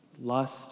lust